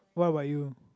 what about you